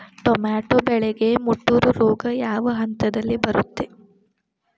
Tomato ಬೆಳೆಗೆ ಮುಟೂರು ರೋಗ ಯಾವ ಹಂತದಲ್ಲಿ ಬರುತ್ತೆ?